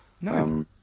No